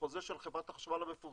החוזה של חברת החשמל המפורסם,